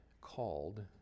called